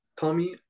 Tommy